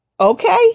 Okay